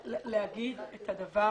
זה לא רק לגני הילדים.